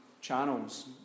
channels